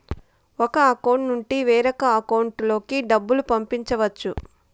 ఒక అకౌంట్ నుండి వేరొక అకౌంట్ లోకి డబ్బులు పంపించవచ్చు